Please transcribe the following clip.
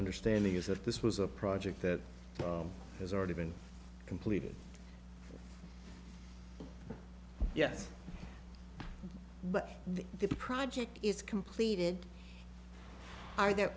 understanding is that this was a project that has already been completed yes but the project is completed are there